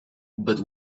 but